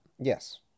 Yes